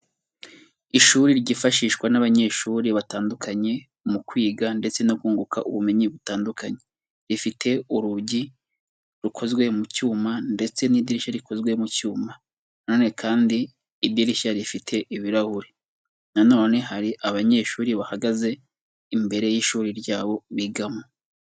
Ishuri ryifashishwa n'abanyeshuri batandukanye, mu kwiga ndetse no kunguka ubumenyi butandukanye. Rifite urugi rukozwe mu cyuma ndetse n'idirishya rikozwe mu cyuma. Na none kandi idirishya rifite ibirahuri. Na none hari abanyeshuri bahagaze imbere y'ishuri ryabo bigamo.